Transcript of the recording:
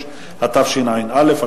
12), התשע"א 2010,